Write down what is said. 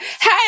Hey